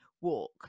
walk